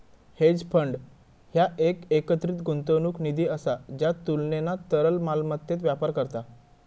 hedge fund ह्या एक एकत्रित गुंतवणूक निधी असा ज्या तुलनेना तरल मालमत्तेत व्यापार करता